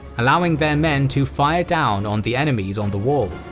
allowing their men to fire down on the enemies on the wall.